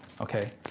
okay